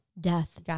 death